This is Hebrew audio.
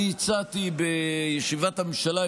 אני הצעתי בישיבת הממשלה,